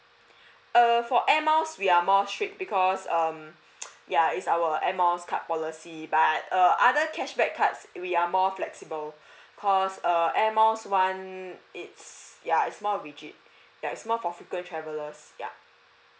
err for air miles we are more strict because um ya it's our air miles card policy but err other cashback cards we are more flexible because err air miles one it's ya it's more rigid ya it's more for frequent travellers ya